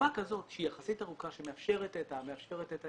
תקופה כזאת שהיא יחסית ארוכה שמאפשרת את ההיערכות,